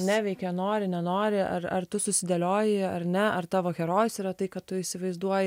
neveikia nori nenori ar ar tu susidėlioji ar ne ar tavo herojus yra tai ką tu įsivaizduoji